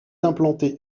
implantée